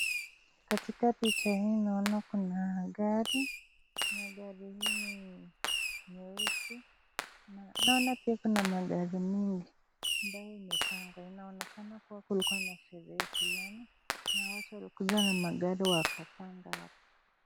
Katika picha hii naona kuna gari na gari hili ni nyeusi. Naona pia kuna magari mingi ambayo imepangwa. Inaonekana kuwa kulikuwa na sherehe na watu walikuja na magari wakapanga hapa.